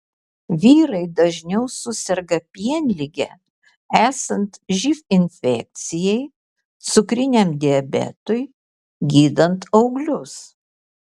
vyrai dažniau suserga pienlige esant živ infekcijai cukriniam diabetui gydant auglius